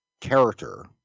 character